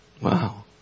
Wow